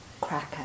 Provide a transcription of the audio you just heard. cracker